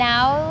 Now